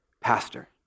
pastor